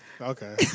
Okay